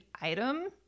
item